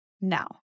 now